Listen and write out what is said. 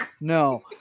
no